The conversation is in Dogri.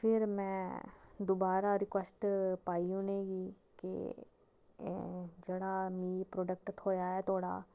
फिर में दवारा रिक्यूएस्ट पाई उंहेगी कि के ते जेहडा मिगी प्रोडेक्ट थ्होया ऐ